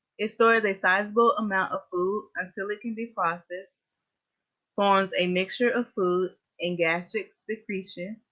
it stores a sizable amount of food until it can be processed forms a mixture of food and gastric secretions,